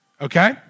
okay